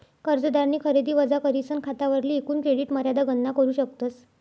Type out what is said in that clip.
कर्जदारनी खरेदी वजा करीसन खातावरली एकूण क्रेडिट मर्यादा गणना करू शकतस